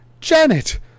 Janet